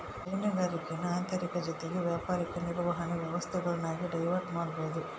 ಹೈನುಗಾರಿಕೇನ ಆಂತರಿಕ ಜೊತಿಗೆ ವ್ಯಾಪಕ ನಿರ್ವಹಣೆ ವ್ಯವಸ್ಥೆಗುಳ್ನಾಗಿ ಡಿವೈಡ್ ಮಾಡ್ಬೋದು